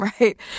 right